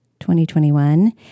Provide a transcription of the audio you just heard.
2021